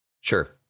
Sure